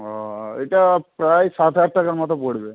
ও এটা প্রায় সাত হাজার টাকার মতো পড়বে